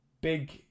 big